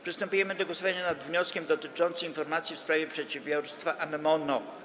Przystępujemy do głosowania nad wnioskiem dotyczącym informacji w sprawie przedsiębiorstwa Ammono.